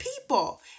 people